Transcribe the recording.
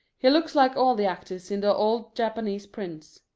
he looks like all the actors in the old japanese prints.